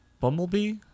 Bumblebee